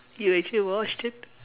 you actually watched it